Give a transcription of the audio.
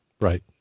Right